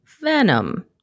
Venom